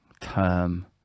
term